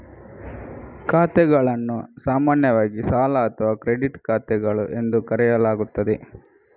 ಖಾತೆಗಳನ್ನು ಸಾಮಾನ್ಯವಾಗಿ ಸಾಲ ಅಥವಾ ಕ್ರೆಡಿಟ್ ಖಾತೆಗಳು ಎಂದು ಕರೆಯಲಾಗುತ್ತದೆ